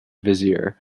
vizier